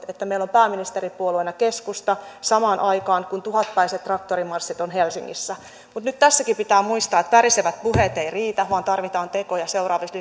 että meillä on pääministeripuolueena keskusta samaan aikaan kun tuhatpäiset traktorimarssit ovat helsingissä mutta nyt tässäkin pitää muistaa että tärisevät puheet eivät riitä vaan tarvitaan tekoja seuraavissa